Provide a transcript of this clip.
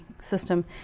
system